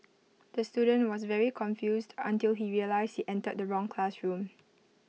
the student was very confused until he realised he entered the wrong classroom